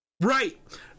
Right